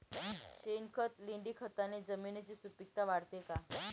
शेणखत, लेंडीखताने जमिनीची सुपिकता वाढते का?